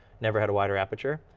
never had a wider aperture.